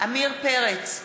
עמיר פרץ,